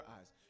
eyes